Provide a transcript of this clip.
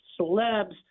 celebs